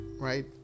Right